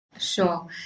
Sure